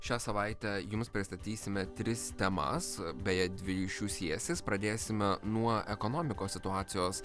šią savaitę jums pristatysime tris temas beje dvi iš jų siesis pradėsime nuo ekonomikos situacijos